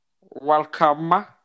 Welcome